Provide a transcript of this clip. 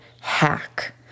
hack